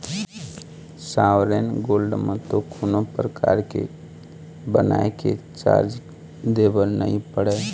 sovereign gold म तो कोनो परकार के बनाए के चारज दे बर नइ पड़य